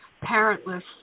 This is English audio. parentless